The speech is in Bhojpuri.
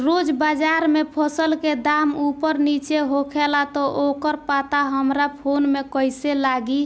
रोज़ बाज़ार मे फसल के दाम ऊपर नीचे होखेला त ओकर पता हमरा फोन मे कैसे लागी?